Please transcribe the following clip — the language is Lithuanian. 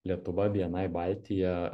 lietuva bni baltija